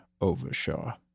Overshaw